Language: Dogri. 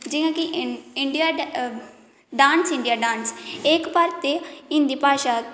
जियां कि इंडिया डांस इंडिया डांस एह् इक भारती हिंदी भाशा